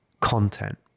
content